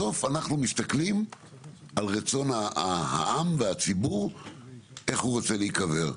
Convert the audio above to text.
בסוף אנחנו כולנו מסתכלים על רצון העם והציבור איך הוא רוצה להיקבר,